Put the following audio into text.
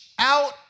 Out